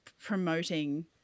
promoting